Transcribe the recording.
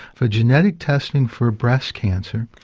for genetic testing for breast cancer,